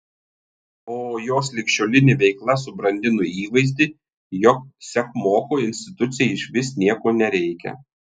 o jos ligšiolinė veikla subrandino įvaizdį jog sekmoko institucijai išvis nieko nereikia